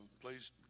Please